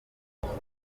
matteo